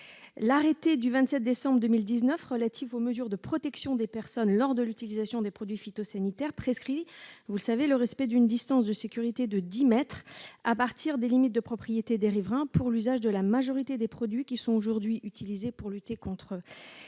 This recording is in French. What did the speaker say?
l'arrêté du 27 décembre 2019 relatif aux mesures de protection des personnes lors de l'utilisation de produits phytosanitaires prescrit le respect d'une distance de sécurité de dix mètres à partir des limites de propriété des riverains pour l'usage de la majorité des produits aujourd'hui utilisés pour lutter contre les